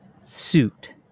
suit